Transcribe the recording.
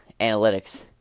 analytics